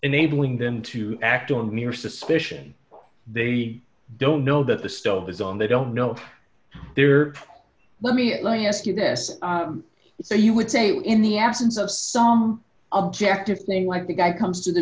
enabling them to act on mere suspicion they don't know that the stove is on they don't know they're let me let me ask you this so you would say in the absence of some objective thing like the guy comes to the